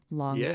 long